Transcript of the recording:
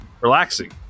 relaxing